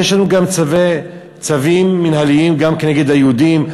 יש לנו צווים מינהליים גם כנגד היהודים.